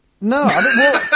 No